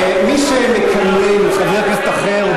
מי שמקלל חבר כנסת אחר,